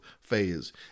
phase